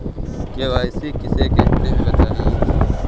KYC किसे कहते हैं बताएँ?